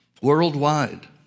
worldwide